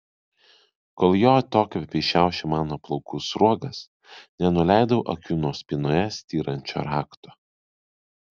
kol jo atokvėpiai šiaušė mano plaukų sruogas nenuleidau akių nuo spynoje styrančio rakto